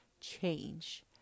change